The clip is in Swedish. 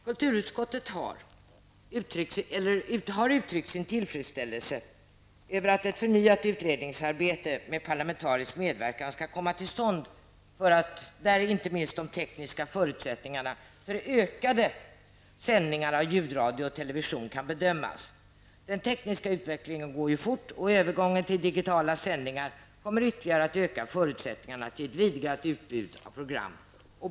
Kulturutskottet uttrycker sin tillfredsställelse över att ett förnyat utredningsarbete med parlamentarisk medverkan skall komma till stånd där inte minst de tekniska förutsättningarna för utökade sändningar av ljudradio och television kan bedömas. Den tekniska utvecklingen går fort -- övergången till digitala sändningar kommer att ytterligare öka förutsättningarna till ett vidgat utbud av program.